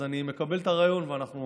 אז אני מקבל את רעיון, ואני מקווה שאנחנו